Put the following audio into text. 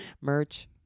Merch